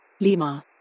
Lima